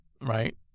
right